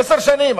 עשר שנים,